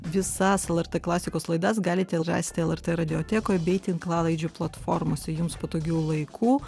visas lrt klasikos laidas galite rasti lrt radiotekoj bei tinklalaidžių platformose jums patogiu laiku